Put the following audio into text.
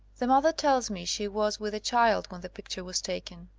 the mother tells me she was with the child when the picture was taken.